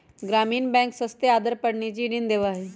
ग्रामीण बैंक सस्ते आदर पर निजी ऋण देवा हई